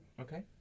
Okay